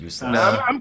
No